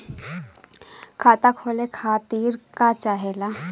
खाता खोले खातीर का चाहे ला?